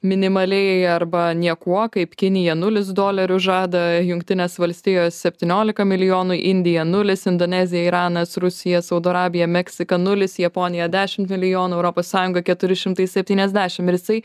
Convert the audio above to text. minimaliai arba niekuo kaip kinija nulis dolerių žada jungtinės valstijos septyniolika milijonų indija nulis indonezija iranas rusija saudo arabija meksika nulis japonija dešimt milijonų europos sąjungoj keturi šimtai septyniasdešim ir jisai